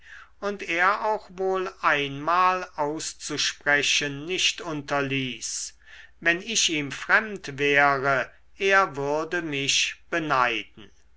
und er auch wohl einmal auszusprechen nicht unterließ wenn ich ihm fremd wäre er würde mich beneiden